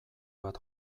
bat